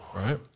right